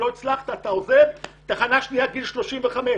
לא הצלחת אתה עוזב ותחנה שנייה גיל 35,